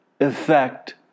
effect